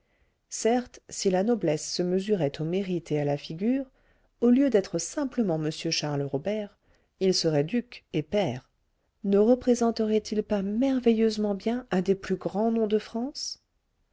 certes si la noblesse se mesurait au mérite et à la figure au lieu d'être simplement m charles robert il serait duc et pair ne représenterait il pas merveilleusement bien un des plus grands noms de france